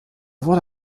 wurde